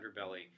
underbelly